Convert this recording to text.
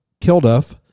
Kilduff